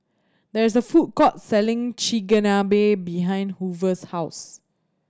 there is a food court selling Chigenabe behind Hoover's house